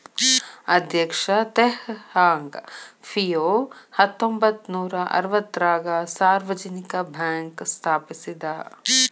ಅಧ್ಯಕ್ಷ Teh Hong Piow ಹತ್ತೊಂಬತ್ ನೂರಾ ಅರವತ್ತಾರಗ ಸಾರ್ವಜನಿಕ ಬ್ಯಾಂಕ್ ಸ್ಥಾಪಿಸಿದ